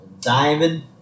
Diamond